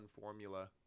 formula